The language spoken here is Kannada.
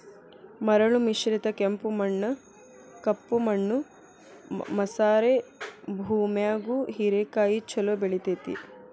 ಮರಳು ಮಿಶ್ರಿತ ಕೆಂಪು ಮಣ್ಣ, ಕಪ್ಪು ಮಣ್ಣು ಮಸಾರೆ ಭೂಮ್ಯಾಗು ಹೇರೆಕಾಯಿ ಚೊಲೋ ಬೆಳೆತೇತಿ